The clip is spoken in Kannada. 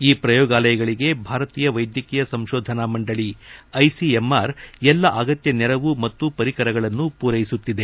ಈ ಪ್ರಯೋಗಾಲಯಗಳಿಗೆ ಭಾರತೀಯ ವೈದ್ಯಕೀಯ ಸಂಶೋಧನಾ ಮಂಡಳಿ ಐಸಿಎಂಆರ್ ಎಲ್ಲಾ ಅಗತ್ಯ ನೆರವು ಮತ್ತು ಪರಿಕರಗಳನ್ನು ಪೂರೈಸುತ್ತಿದೆ